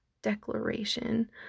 declaration